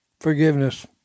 Forgiveness